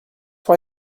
why